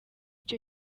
cyo